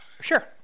sure